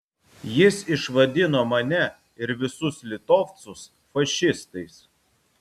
jis išvadino mane ir visus litovcus fašistais